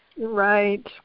Right